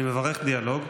אני מברך דיאלוג,